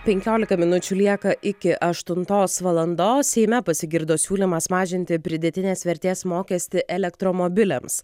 penkiolika minučių lieka iki aštuntos valandos seime pasigirdo siūlymas mažinti pridėtinės vertės mokestį elektromobiliams